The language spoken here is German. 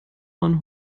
man